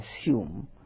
assume